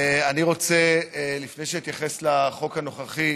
אני רוצה, לפני שאתייחס לחוק הנוכחי,